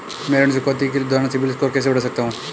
मैं ऋण चुकौती के दौरान सिबिल स्कोर कैसे बढ़ा सकता हूं?